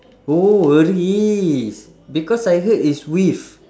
oh a risk because I heard is wish